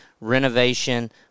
renovation